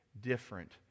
different